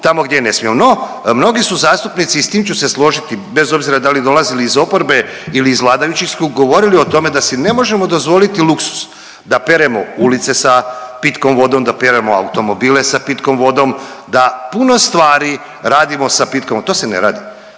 tamo gdje ne smijemo. No, mnogi su zastupnici i s tim ću se složiti, bez obzira da li dolazili iz oporbe ili iz vladajućih, govorili o tome da si ne možemo dozvoliti luksuz. Da peremo ulice sa pitkom vodom, da peremo automobile sa pitkom vodom, da puno stvari radimo sa pitkom, a to se ne radi.